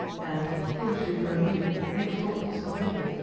and, foolishly believing that he was talking to some maiden,